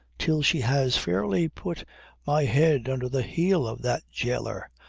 till she has fairly put my head under the heel of that jailer,